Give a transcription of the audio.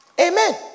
Amen